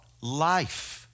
Life